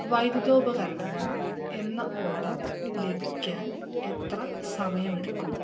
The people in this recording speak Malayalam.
വൈദ്യുത ഉപകരണങ്ങൾ എന്ന ഓർഡർ ലഭിക്കാൻ എത്ര സമയമെടുക്കും